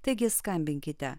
taigi skambinkite